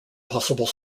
possible